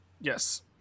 Yes